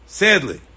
sadly